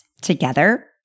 together